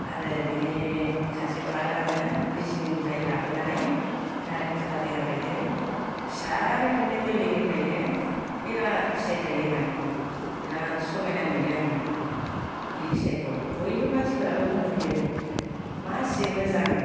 आरो बेनि खाथियाव आरो आङो बिजनिनिफ्राय लाबोनानै नारें थुला थेङा गायदों फिसानिफ्रायनो गोरलैनिफ्रायनो बिराद फिथाइ थायो माने बिराद समायना नुयो आङो बे फिथाइखौ बयबो मानसिफोराबो बुंफैयो मा एसे मोजां